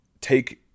take